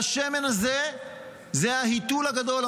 והשמן הזה הוא ההיתול הגדול,